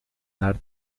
naar